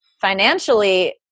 financially